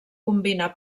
combina